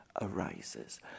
arises